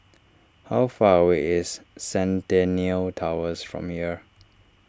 how far away is Centennial Towers from here